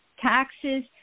taxes